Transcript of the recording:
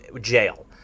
jail